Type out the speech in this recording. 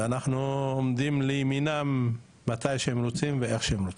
ואנחנו עומדים לימינם מתי שהם רוצים ואיך שהם רוצים.